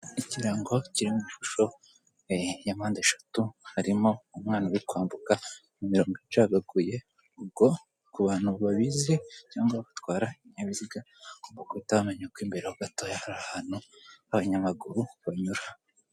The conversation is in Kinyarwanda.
Ikirango kirimo ishusho ya mpande eshatu harimo umwana uri kwambuka mu mirongo icagaguye, ubwo ku bantu babizi cyangwa batwara ibinyabiziga bagomba guhita bamenya ko imbere ho gatoya hari ahantu abanyamaguru banyura.